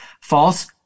False